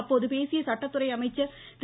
அப்போது பேசிய சட்டத்துறை அமைச்சர் திரு